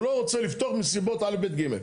הוא לא רוצה לפתוח מסיבות א', ב', ג'.